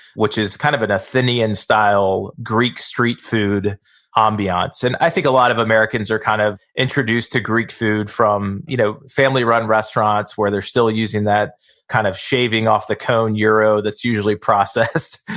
which is kind of an athenian-style, greek street food ah ambience. and i think a lot of americans are kind of introduced to greek food from you know family-run restaurants where they're still using that kind of shaving off the cone yeah era that's usually processed.